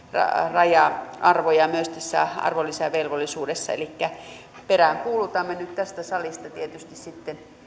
raja arvoja myös tässä arvonlisäverovelvollisuudessa peräänkuulutamme nyt tästä salista tietysti sitten